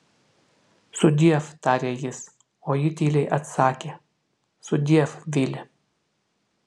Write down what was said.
sudiev tarė jis o ji tyliai atsakė sudiev vili